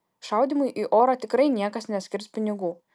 šaudymui į orą tikrai niekas neskirs pinigų